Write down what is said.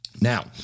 Now